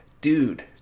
dude